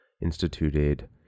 instituted